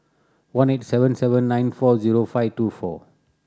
one eight seven seven nine four zero five two four